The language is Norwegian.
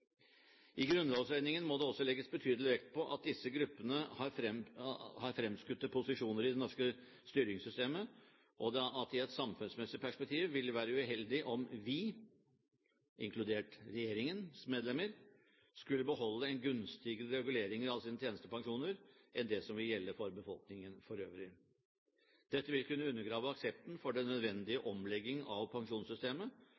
I grunnlovsøyemed må det legges betydelig vekt på at disse gruppene har fremskutte posisjoner i det norske styringssystemet, og at det i et samfunnsmessig perspektiv ville være uheldig om vi, inkludert regjeringens medlemmer, skulle beholde en gunstigere regulering av våre tjenestepensjoner enn det som vil gjelde for befolkningen for øvrig. Dette vil kunne undergrave aksepten for den nødvendige